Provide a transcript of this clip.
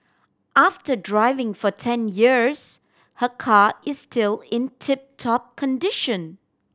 after driving for ten years her car is still in tip top condition